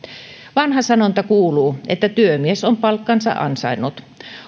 vanha sanonta kuuluu että työmies on palkkansa ansainnut